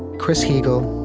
chris heagle,